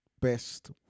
best